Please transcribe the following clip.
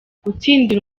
gutsindira